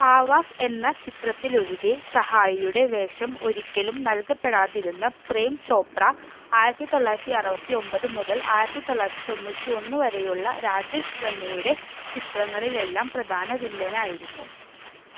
ആവാസ് എന്ന ചിത്രത്തിലൊഴികെ സഹായിയുടെ വേഷം ഒരിക്കലും നൽകപ്പെടാതിരുന്ന പ്രേം ചോപ്ര ആയിരത്തിത്തൊള്ളായിരത്തി അറുപത്തി ഒൻപത് മുതൽ ആയിരത്തിത്തൊള്ളായിരത്തിതൊണ്ണൂറ്റി ഒന്ന് വരെയുള്ള രാജേഷ് ഖന്നയുടെ ചിത്രങ്ങളിലെല്ലാം പ്രധാന വില്ലനായിരുന്നു